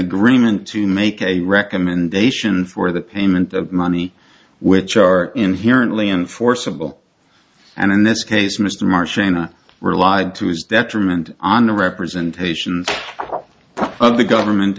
agreement to make a recommendation for the payment of money which are inherently enforceable and in this case mr marching on were lied to his detriment on the representations of the government